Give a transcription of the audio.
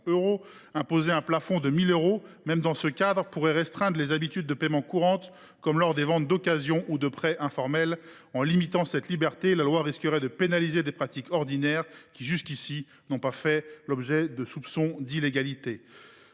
requis au delà de 1 500 euros. Imposer un tel plafond pourrait restreindre des habitudes de paiement courantes, comme lors de ventes de biens d’occasion ou de prêts informels. En limitant cette liberté, la loi risquerait de pénaliser des pratiques ordinaires qui, jusqu’ici, ne font pas l’objet de soupçons d’illégalité.